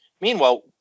Meanwhile